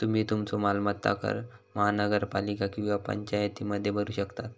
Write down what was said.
तुम्ही तुमचो मालमत्ता कर महानगरपालिका किंवा पंचायतीमध्ये भरू शकतास